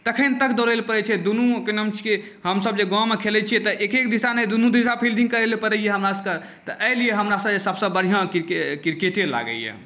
तखन तक दौड़ैलए पड़ै छै दुनूके कि नाम छिकै हमसब जे गाममे खेलै छिए तऽ एक एक दिशा नहि दुनू दिशा फील्डिङ्ग करैलए पड़ैए हमरासबके तऽ एहिलए हमरा सबसँ बढ़िआँ किरके किरकेटे लागैए